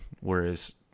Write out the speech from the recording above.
whereas